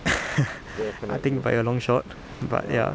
I think by a long shot but ya